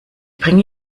bringe